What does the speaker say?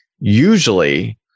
Usually